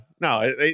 No